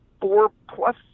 four-plus